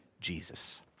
Jesus